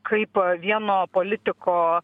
kaip vieno politiko